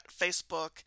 Facebook